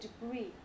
degree